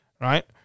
right